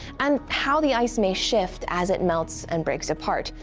and how the ice may shift as it melts and breaks apart.